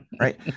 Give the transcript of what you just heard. right